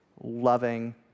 loving